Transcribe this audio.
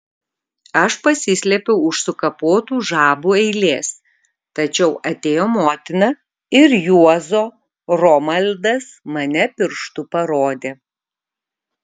aš pasislėpiau už sukapotų žabų eilės tačiau atėjo motina ir juozo romaldas mane pirštu parodė